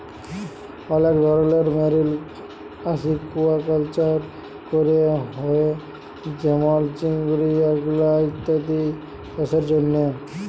অলেক ধরলের marine aquaculture ক্যরা হ্যয়ে যেমল চিংড়ি, আলগা ইত্যাদি চাসের জন্হে